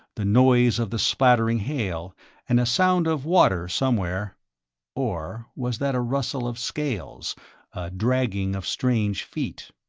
the noise of the splattering hail and a sound of water somewhere or was that a rustle of scales, a dragging of strange feet?